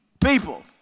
people